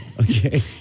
Okay